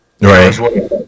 Right